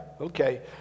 Okay